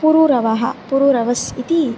पुरूरवः पुरूरवस् इति